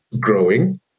growing